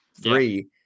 three